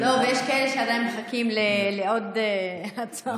יש כאלה שעדיין מחכים לעוד הצעות.